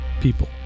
people